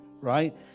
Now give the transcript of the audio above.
right